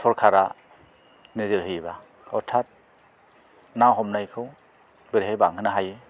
सरकारा नोजोर होयोब्ला अथाद ना हमनायखौ बोरैहाय बांहोनो हायो